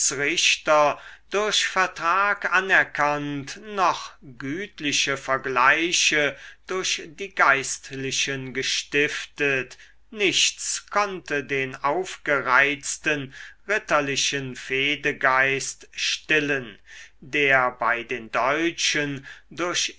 schiedsrichter durch vertrag anerkannt noch gütliche vergleiche durch die geistlichen gestiftet nichts konnte den aufgereizten ritterlichen fehdegeist stillen der bei den deutschen durch